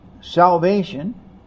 salvation